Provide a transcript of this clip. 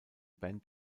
band